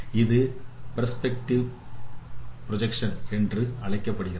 இது perspective projection என அழைக்கப்படுகின்றன